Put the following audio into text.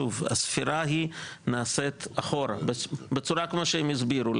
שוב, הספירה נעשית אחורה, בצורה כמו שהם הסבירו.